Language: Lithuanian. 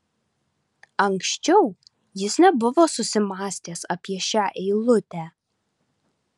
anksčiau jis nebuvo susimąstęs apie šią eilutę